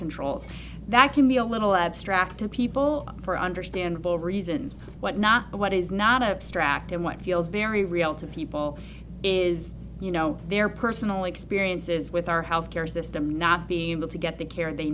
controls that can be a little abstract to people for understandable reasons what not but what is not a strapped and what feels very real to people is you know their personal experiences with our health care system not being able to get the care they